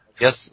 Yes